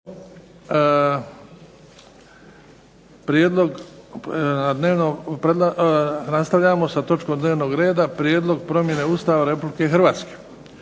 Prijedlog promjene Ustava Republike Hrvatske